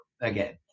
again